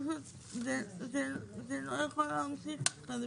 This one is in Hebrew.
זה לא יכול להמשיך כך.